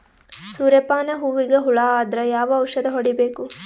ಸೂರ್ಯ ಪಾನ ಹೂವಿಗೆ ಹುಳ ಆದ್ರ ಯಾವ ಔಷದ ಹೊಡಿಬೇಕು?